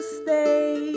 stay